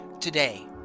today